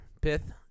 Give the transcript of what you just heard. Pith